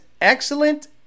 excellent